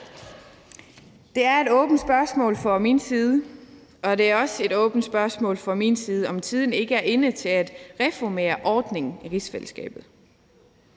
Det er et åbent spørgsmål fra min side, og det er også et åbent spørgsmål fra min side, om tiden ikke inde til at reformere ordningen i rigsfællesskabet.